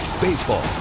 Baseball